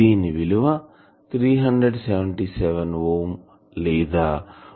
దీని విలువ 377 ఓం లేదా 125